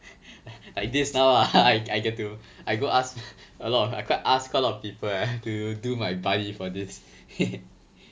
like this now lah I get to I go ask a lot of I go and ask quite a lot of people leh to do my buddy for this